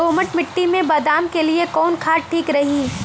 दोमट मिट्टी मे बादाम के लिए कवन खाद ठीक रही?